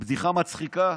בדיחה מצחיקה.